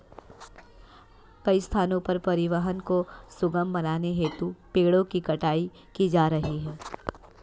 कई स्थानों पर परिवहन को सुगम बनाने हेतु पेड़ों की कटाई की जा रही है